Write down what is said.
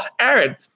aaron